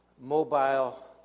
mobile